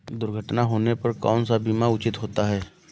दुर्घटना होने पर कौन सा बीमा उचित होता है?